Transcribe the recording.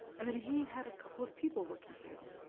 i mean he had a couple of people working for him,